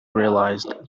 realized